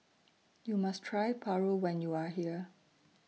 YOU must Try Paru when YOU Are here